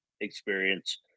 experience